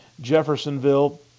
Jeffersonville